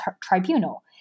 tribunal